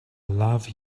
love